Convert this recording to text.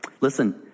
Listen